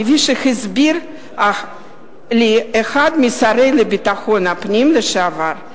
כפי שהסביר לי אחד מהשרים לביטחון פנים לשעבר.